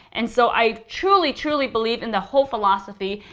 and so i truly truly believe in the whole philosophy.